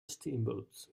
steamboat